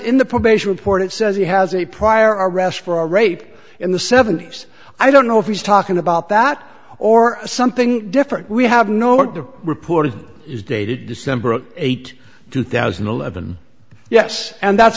in the probation report it says he has a prior arrest for a rape in the seventy's i don't know if he's talking about that or something different we have no what the reporting is dated december eighth two thousand and eleven yes and that's